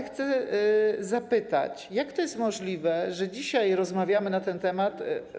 Chcę zapytać, jak to jest możliwe, że dzisiaj rozmawiamy na ten temat.